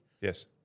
Yes